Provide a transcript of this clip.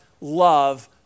love